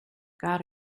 got